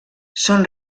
són